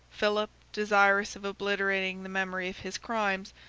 philip, desirous of obliterating the memory of his crimes,